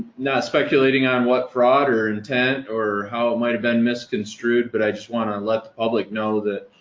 not speculating on what fraud or intent, or how it might have been misconstrued, but i just want to let the public know that,